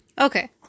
Okay